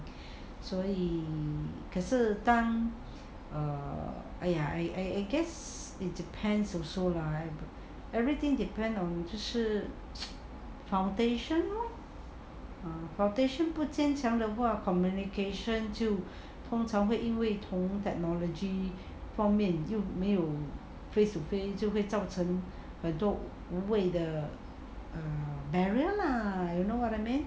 所以可是当 err !aiya! I I guess it depends also lah everything depends on 就是 foundation lor err foundation 不坚强的话 communication 就通常会因为从 technology 方面又没有 place to pay 就会造成很多无味的 barrier lah you know what I mean